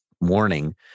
morning